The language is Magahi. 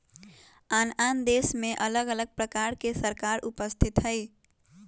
आन आन देशमें अलग अलग प्रकार के सरकार उपस्थित हइ